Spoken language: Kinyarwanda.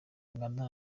uganda